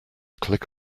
click